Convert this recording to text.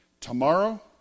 tomorrow